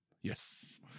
Yes